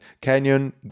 Canyon